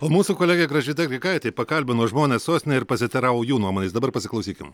o mūsų kolegė gražvyda grigaitė pakalbino žmones sostinėj ir pasiteiravo jų nuomonės dabar pasiklausykim